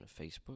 Facebook